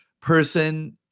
person